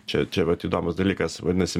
čia čia vat įdomus dalykas vadinasi